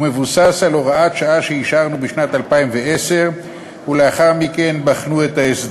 ומבוסס על הוראת שעה שאישרנו בשנת 2010 ולאחר מכן בחנו אותה.